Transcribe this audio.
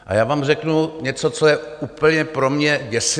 A já vám řeknu něco, co je úplně pro mě děsivé.